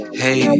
hey